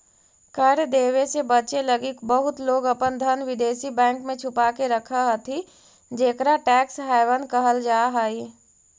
कर देवे से बचे लगी बहुत लोग अपन धन विदेशी बैंक में छुपा के रखऽ हथि जेकरा टैक्स हैवन कहल जा हई